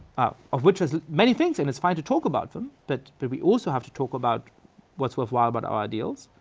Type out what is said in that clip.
of which there is many things, and it's fine to talk about them, but but we also have to talk about what's worthwhile about our ideals.